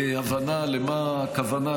ההבנה למה הכוונה,